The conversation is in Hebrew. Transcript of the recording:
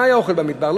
מה היה האוכל במדבר?